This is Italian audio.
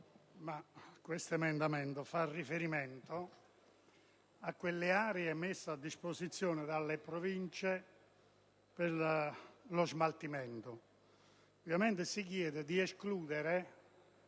l'emendamento 1.19 fa riferimento a quelle aree messe a disposizione dalle Province per lo smaltimento;